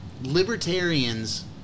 Libertarians